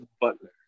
Butler